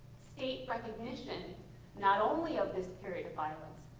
state recognition not only of this period of violence,